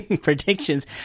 Predictions